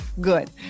good